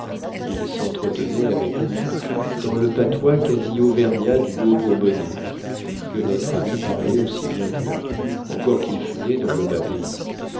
ils s'entretenaient avec lui dans le patois quasi auvergnat du haut bourbonnais que notre ami parlait aussi bien qu'eux encore qu'il fût né dans le bas pays